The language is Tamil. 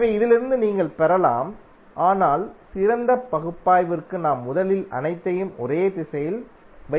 எனவே இதிலிருந்து நீங்கள் பெறலாம் ஆனால் சிறந்த பகுப்பாய்விற்கு நாம் முதலில் அனைத்தையும் ஒரே திசையில் வைத்து தீர்க்கிறோம்